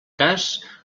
cas